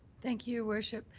thank you, your worship.